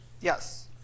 Yes